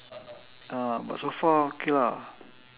ah but so far okay lah